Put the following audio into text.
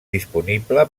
disponible